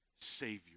Savior